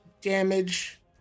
damage